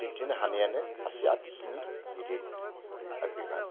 दिन्थिनो हानायानो सासे आरटिस्टनि गिदिर बिबान